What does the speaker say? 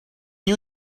you